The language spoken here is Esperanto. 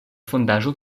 fondaĵo